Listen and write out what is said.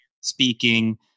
speaking